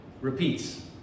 repeats